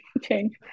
change